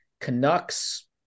Canucks